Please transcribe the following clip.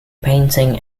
painting